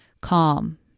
calm